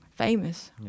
famous